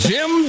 Jim